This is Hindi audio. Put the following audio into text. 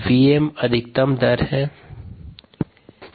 Vm अधिकतम दर है